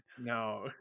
no